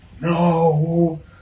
No